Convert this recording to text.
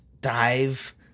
dive